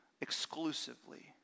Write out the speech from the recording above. exclusively